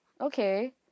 Okay